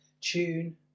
Tune